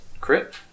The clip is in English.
crit